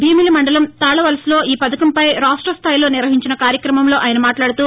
భీమిలి మండలం తాళ్లవలసలో ఈ పథకంపై రాష్టస్థాయిలో నిర్వహించిన కార్యక్రమంలో ఆయన మాట్లాడుతూ